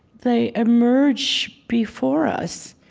they emerge before us,